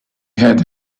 had